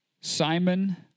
Simon